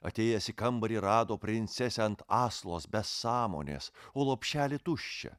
atėjęs į kambarį rado princesę ant aslos be sąmonės o lopšelį tuščią